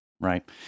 Right